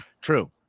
True